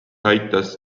aitas